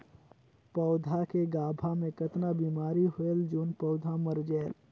पौधा के गाभा मै कतना बिमारी होयल जोन पौधा मर जायेल?